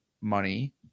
money